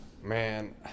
Man